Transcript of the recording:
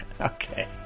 Okay